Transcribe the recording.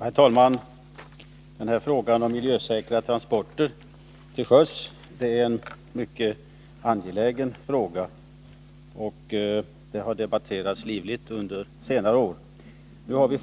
Herr talman! Frågan om miljösäkra transporter till sjöss är en mycket angelägen fråga, och den har debatterats livligt under senare år. Nu har vi